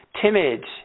timid